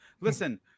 listen